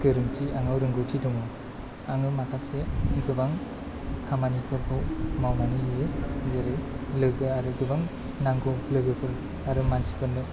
गोरोंथि आंनाव रोंगथि दङ आङो माखासे गोबां खामानिफोरखौ मावनानै होयो जेरै लोगो ओरो गोबां नांगौ लोगोफोर आरो मानसिफोरनो